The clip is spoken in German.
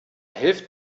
hilft